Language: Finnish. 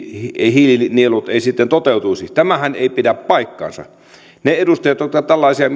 hiilinielut eivät sitten toteutuisi tämähän ei pidä paikkaansa niiden edustajien jotka tällaisia